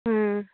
ம்